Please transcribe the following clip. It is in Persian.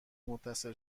متصل